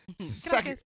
Second